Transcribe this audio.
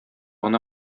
гына